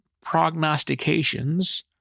prognostications